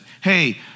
hey